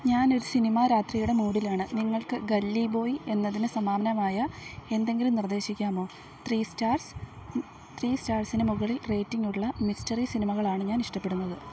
ഞാൻ ഒരു സിനിമാ രാത്രിയുടെ മൂഡിലാണ് നിങ്ങൾക്ക് ഗല്ലി ബോയ് എന്നതിന് സമാനമായ എന്തെങ്കിലും നിർദ്ദേശിക്കാമോ ത്രീ സ്റ്റാർസ് ത്രീ സ്റ്റാർസിന് മുകളിൽ റേറ്റിംഗ് ഉള്ള മിസ്റ്ററി സിനിമകളാണ് ഞാൻ ഇഷ്ടപ്പെടുന്നത്